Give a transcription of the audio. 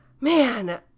man